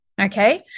okay